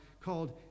called